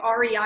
rei